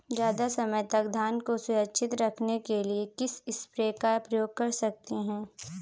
ज़्यादा समय तक धान को सुरक्षित रखने के लिए किस स्प्रे का प्रयोग कर सकते हैं?